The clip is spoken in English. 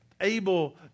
Abel